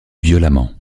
violemment